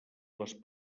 les